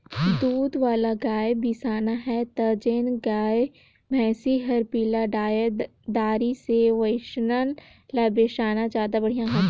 दूद वाला गाय बिसाना हे त जेन गाय, भइसी हर पिला डायर दारी से ओइसन ल बेसाना जादा बड़िहा होथे